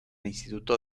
instituto